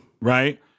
Right